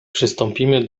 przystąpimy